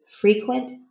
frequent